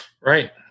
Right